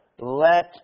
let